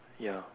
ya